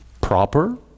proper